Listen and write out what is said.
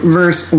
verse